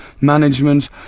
management